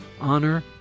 honor